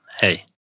hey